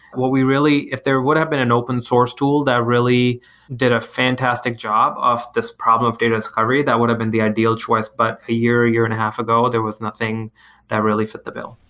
what we really if there would have been an open source tool that really did a fantastic job of this problem of data discovery, that would have been the ideal choice. but a year, a year and a half ago, there was nothing that really fit the bill.